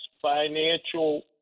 financial